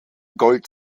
gold